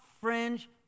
fringe